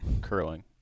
Curling